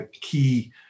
key